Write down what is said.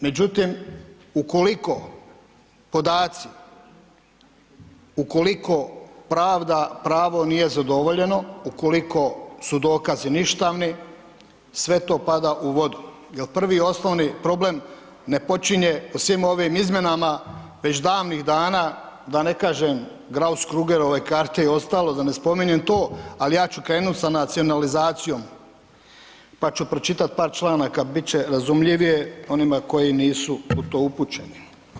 Međutim, ukoliko podaci, ukoliko pravda, pravo nije zadovoljeno, ukoliko su dokazi ništavni, sve to pada u vodu jel prvi i osnovni problem ne počinje svim ovim izmjenama, već davnih dana da ne kažem Grauss Krugerove karte i ostalo da ne spominjem to, al ja ću krenut sa nacionalizacijom, pa ću pročitat par članaka, bit će razumljivije onima koji nisu u to upućeni.